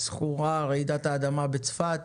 זכורה רעידת האדמה בצפת,